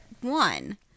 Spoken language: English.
one